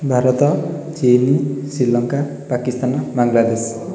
ଭାରତ ଚୀନ୍ ଶ୍ରୀଲଙ୍କା ପାକିସ୍ତାନ ବାଂଲାଦେଶ